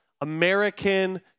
American